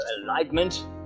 enlightenment